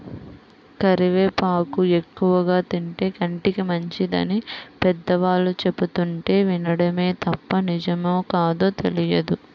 కరివేపాకు ఎక్కువగా తింటే కంటికి మంచిదని పెద్దవాళ్ళు చెబుతుంటే వినడమే తప్ప నిజమో కాదో తెలియదు